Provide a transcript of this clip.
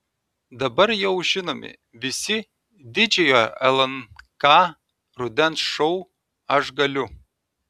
dabar jau žinomi visi didžiojo lnk rudens šou aš galiu